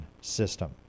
system